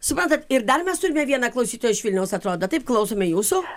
suprantat ir dar mes turime vieną klausytoją iš vilniaus atrodo taip klausome jūsų